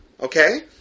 okay